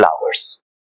flowers